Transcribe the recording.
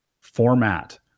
format